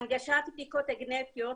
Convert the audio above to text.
הנגשת הבדיקות הגנטיות.